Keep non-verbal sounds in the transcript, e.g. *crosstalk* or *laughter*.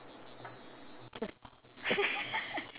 just *laughs*